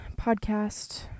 podcast